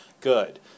Good